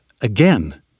again